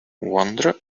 wonder